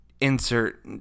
insert